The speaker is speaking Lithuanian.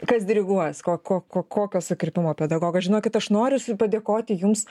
kas diriguos ko ko ko kokio sukirpimo pedagogas žinokit aš noriu padėkoti jums